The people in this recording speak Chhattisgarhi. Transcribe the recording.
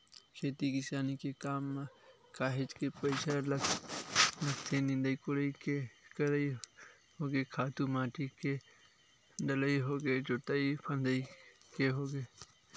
खेती किसानी के काम म काहेच के पइसा लगथे निंदई कोड़ई के करई होगे खातू माटी के डलई होगे जोतई फंदई के होगे